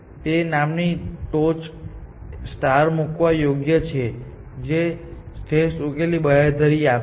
તે નામની ટોચ મૂકવા યોગ્ય છે જે શ્રેષ્ઠ ઉકેલની બાંયધરી આપશે